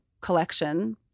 collection